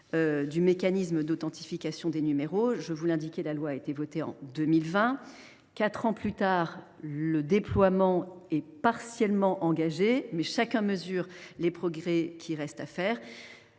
du mécanisme d’authentification des numéros. La loi a été votée en 2020 ; quatre ans plus tard, le déploiement est partiellement engagé, mais chacun mesure les progrès qui restent à faire.